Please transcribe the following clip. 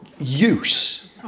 use